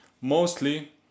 Mostly